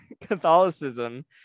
Catholicism